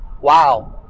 wow